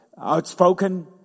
outspoken